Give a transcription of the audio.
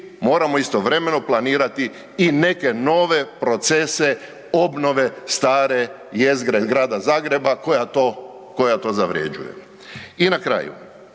moramo istovremeno planirati i neke nove procese obnove stare jezgre Grada Zagreba koja to, koja to zavređuje. I na kraju